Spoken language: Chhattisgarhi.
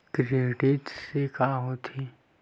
क्रेडिट से का होथे?